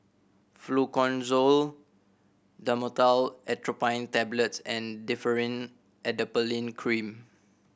Fluconazole Dhamotil Atropine Tablets and Differin Adapalene Cream